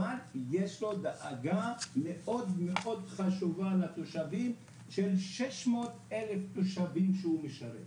אבל יש לו דאגה מאוד חשובה לתושבים של 600,000 תושבים שהוא משרת.